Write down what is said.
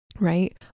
Right